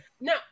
No